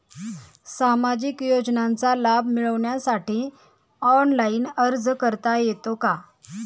सामाजिक योजनांचा लाभ मिळवण्यासाठी ऑनलाइन अर्ज करता येतो का?